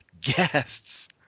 guests